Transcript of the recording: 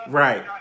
right